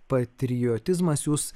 patriotizmas jūs